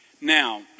Now